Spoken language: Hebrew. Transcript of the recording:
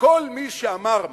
כל מי שאמר משהו,